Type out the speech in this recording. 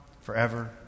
forever